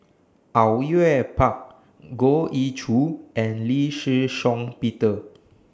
Au Yue Pak Goh Ee Choo and Lee Shih Shiong Peter